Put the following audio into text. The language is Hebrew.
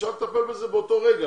אפשר לטפל בזה באותו רגע,